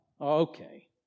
okay